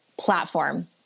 platform